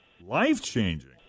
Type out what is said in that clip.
Life-changing